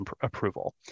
approval